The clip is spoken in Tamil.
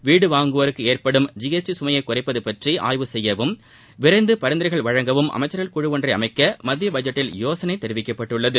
வீடு வாங்குவோருக்கு ஏற்படும் ஜி எஸ் டி சுமையை குறைப்பது பற்றி ஆய்வு செய்யவும் விரைந்து பரிந்துரைகள் வழங்கவும் அமைச்சர்கள் குழு ஒன்றை அமைக்க மத்திய பட்ஜெட்டில் யோசனை தெரிவிக்கப்பட்டுள்ளது